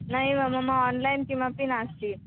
नैव मम आन्लैन् किमपि नास्ति